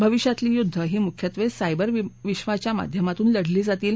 भविष्यातली युद्ध ही मुख्यत्वे सायबर विश्वाच्या माध्यमातून लढली जातील